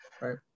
right